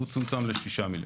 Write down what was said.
והוא צומצם ל-6,000,000.